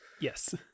Yes